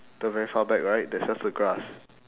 the very far back right there's just the grass